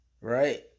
right